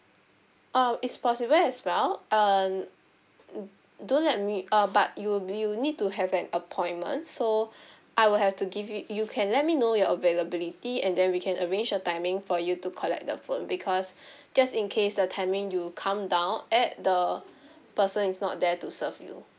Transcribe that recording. oh it's possible as well uh don't let me err but you'll be you need to have an appointment so I will have to give it you can let me know your availability and then we can arrange a timing for you to collect the phone because just in case the timing you come down at the person is not there to serve you